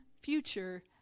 future